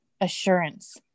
assurance